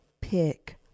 Pick